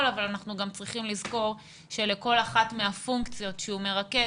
אבל אנחנו גם צריכים לזכור שלכל אחת מהפונקציות שהוא מרכז,